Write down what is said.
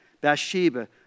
Bathsheba